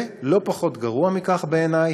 ולא פחות גרוע מכך, בעיני,